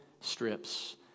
strips